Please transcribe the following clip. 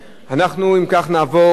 אנחנו, אם כך, נעבור לסעיף